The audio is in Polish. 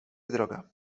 droga